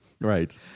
Right